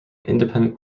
independent